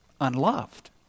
unloved